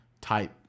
type